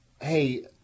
hey